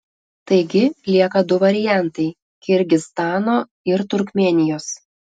taigi lieka du variantai kirgizstano ir turkmėnijos